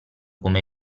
come